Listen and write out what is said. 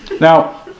Now